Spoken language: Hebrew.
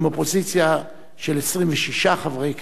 עם אופוזיציה של 26 חברי כנסת,